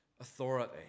authority